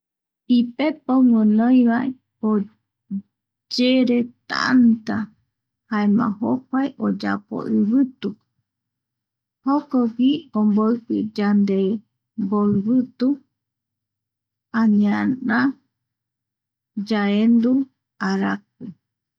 Ipepo guinoiva o yere tanta, jaema jokua oyapo ivitu, jokogui omboipi yande mboivitu, aniará yaendu araku.